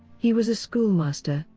he was a schoolmaster,